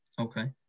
Okay